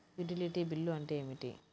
Utility bill అంటే ఏమిటి?